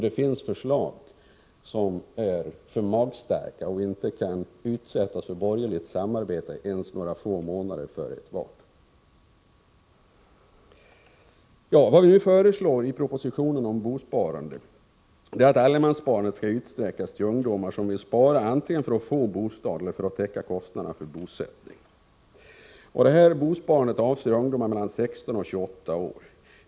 Det finns förslag som är för magstarka och inte kan utsättas för borgerligt samarbete ens några få månader före ett val. Vad regeringen nu föreslår i propositionen om bosparande för ungdomar är att allemanssparandet skall kunna utsträckas också till ungdomar som vill spara antingen för att få bostad eller för att täcka kostnaderna för bosättning. Detta bosparande skall avse ungdomar mellan 16 och 28 år.